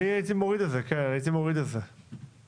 הייתי מוריד את מספר הימים.